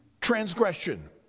transgression